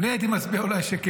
אני אולי הייתי מצביע שכן,